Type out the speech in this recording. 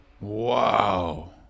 Wow